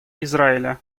израиля